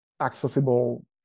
accessible